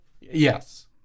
Yes